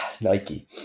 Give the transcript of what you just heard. Nike